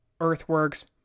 earthworks